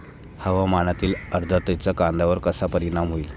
हवामानातील आर्द्रतेचा कांद्यावर कसा परिणाम होईल?